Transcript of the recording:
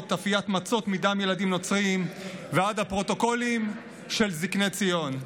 אפיית מצות מדם ילדים נוצרים ועד הפרוטוקולים של זקני ציון.